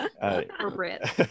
Appropriate